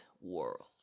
world